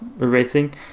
erasing